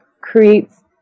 creates